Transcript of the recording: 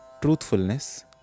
Truthfulness